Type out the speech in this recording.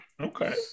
Okay